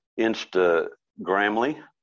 Instagramly